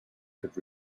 could